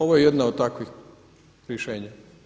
Ovo je jedna od takvih rješenja.